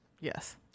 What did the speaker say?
Yes